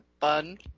Fun